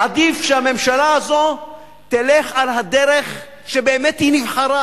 עדיף שהממשלה הזאת תלך על הדרך שבאמת היא נבחרה